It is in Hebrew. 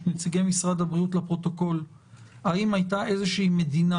נציגי משרד הבריאות לפרוטוקול האם הייתה איזושהי מדינה